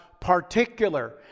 particular